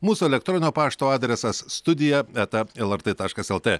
mūsų elektroninio pašto adresas studija eta lrt taškas lt